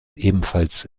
ebenfalls